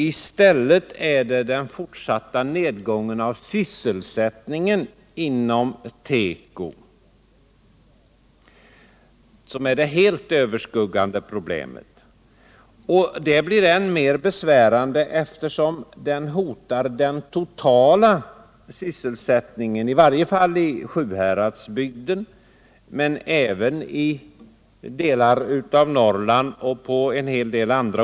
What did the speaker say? I stället är den fortsatta nedgången av sysselsättningen inom teko det helt överskuggande problemet. Det blir än mer besvärande, eftersom nedgången hotar den totala sysselsättningen — i varje fall i Sjuhäradsbygden men även i delar av Norrland och på många andra ställen.